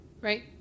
right